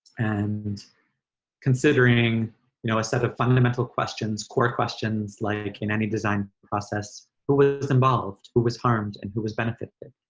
and considering you know a set of fundamental questions, core questions like in any design process. who was involved? who was harmed and who was benefited?